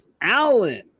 Allen